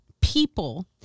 people